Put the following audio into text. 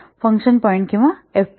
function point किंवा F P